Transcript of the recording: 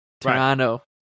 Toronto